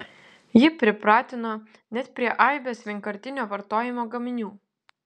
ji pripratino net prie aibės vienkartinio vartojimo gaminių